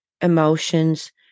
emotions